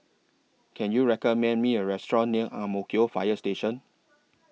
Can YOU recommend Me A Restaurant near Ang Mo Kio Fire Station